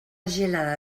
gelada